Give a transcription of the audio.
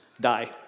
die